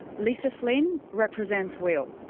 lisa flynn represents will.